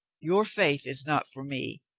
your faith is not for me.